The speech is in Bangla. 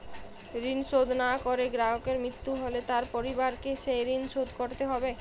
ঋণ শোধ না করে গ্রাহকের মৃত্যু হলে তার পরিবারকে সেই ঋণ শোধ করতে হবে?